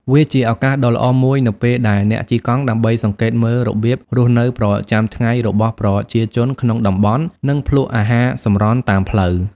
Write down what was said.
វាជាឱកាសដ៏ល្អមួយនៅពេលដែលអ្នកជិះកង់ ដើម្បីសង្កេតមើលរបៀបរស់នៅប្រចាំថ្ងៃរបស់ប្រជាជនក្នុងតំបន់ និងភ្លក់អាហារសម្រន់តាមផ្លូវ។